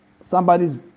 somebody's